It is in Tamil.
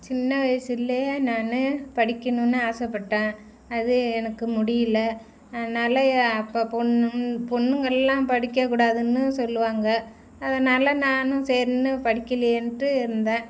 சின்ன வயதில் நான் படிக்கணுனு ஆசைப்பட்டேன் அது எனக்கு முடியல அதனால் யா அப்போ பெண் உன் பெண்ணுங்க எல்லாம் படிக்கக்கூடாதுன்னு சொல்லுவாங்க அதனால நானும் சேரினு படிக்கலியேன்ட்டு இருந்தேன்